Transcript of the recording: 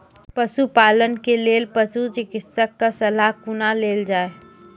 पशुपालन के लेल पशुचिकित्शक कऽ सलाह कुना लेल जाय?